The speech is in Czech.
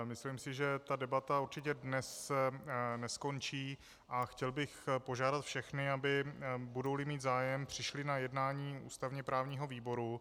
Myslím si, že ta debata určitě dnes neskončí, a chtěl bych požádat všechny, aby, budouli mít zájem, přišli na jednání ústavněprávního výboru.